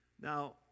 Now